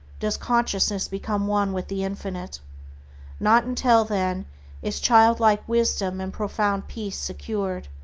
does consciousness become one with the infinite not until then is childlike wisdom and profound peace secured.